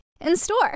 in-store